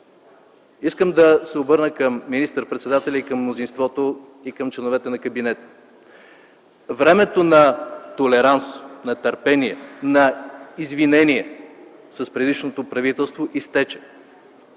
Искам да се обърна към министър-председателя и към мнозинството, и към членовете на кабинета. Времето на толеранс, на търпение, на извинение с предишното правителство изтече.